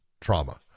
trauma